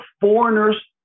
foreigners